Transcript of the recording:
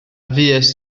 fuest